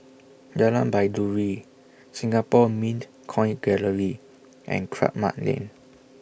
Jalan Baiduri Singapore Mint Coin Gallery and Kramat Lane